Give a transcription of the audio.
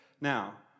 Now